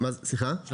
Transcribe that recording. אני